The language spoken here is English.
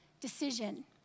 decision